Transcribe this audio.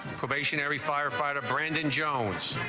firefighter brandon jones